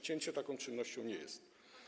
Cięcie taką czynnością nie jest.